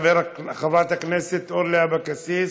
חברת הכנסת אורלי אבקסיס,